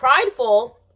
prideful